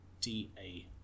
DA